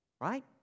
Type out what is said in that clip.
right